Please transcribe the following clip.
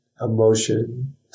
emotion